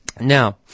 Now